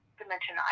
dimension